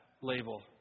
label